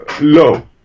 low